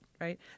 right